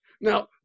Now